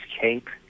Cape